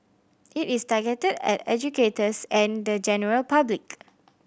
it is targeted at educators and the general public